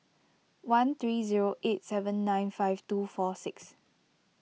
one three zero eight seven nine five two four six